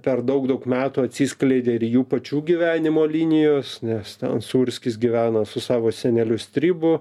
per daug daug metų atsiskleidė ir jų pačių gyvenimo linijos nes ten sūrskis gyvena su savo seneliu stribu